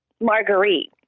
Marguerite